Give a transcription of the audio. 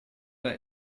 der